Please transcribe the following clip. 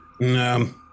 No